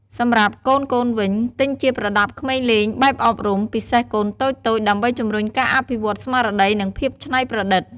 សម្រាប់កូនៗវិញ ទិញជាប្រដាប់ក្មេងលេងបែបអប់រំ ពិសេសកូនតូចៗ ដើម្បីជំរុញការអភិវឌ្ឍន៍ស្មារតី និងភាពច្នៃប្រឌិត។